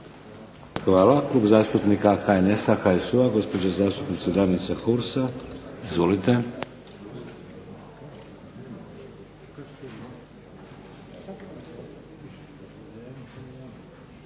Hvala. Klub zastupnika HNS-a, HSU-a gospođa zastupnica DAnica Hursa. Izvolite.